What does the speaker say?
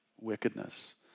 wickedness